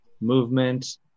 movement